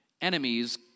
enemies